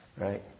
right